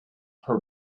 her